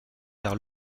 vers